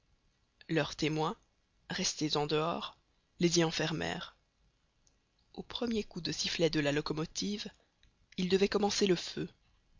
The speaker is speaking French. leurs témoins restés en dehors les y enfermèrent au premier coup de sifflet de la locomotive ils devaient commencer le feu